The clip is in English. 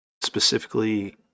specifically